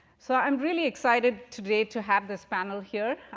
so i'm really excited today to have this panel here.